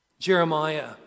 Jeremiah